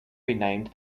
renamed